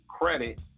credit